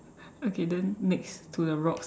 okay then next to the rocks ah